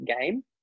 game